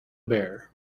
bear